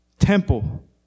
temple